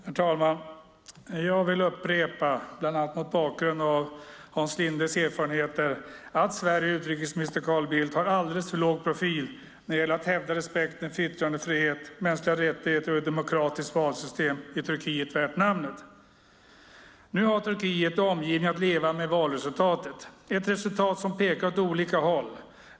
Herr talman! Jag vill upprepa, bland annat mot bakgrund av Hans Lindes erfarenheter, att Sveriges utrikesminister Carl Bildt har alldeles för låg profil när det gäller att hävda respekten för yttrandefrihet, mänskliga rättigheter och ett demokratiskt valsystem värt namnet i Turkiet. Nu har Turkiet och omgivningen att leva med valresultatet. Det är ett resultat som pekar åt olika håll.